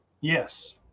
Yes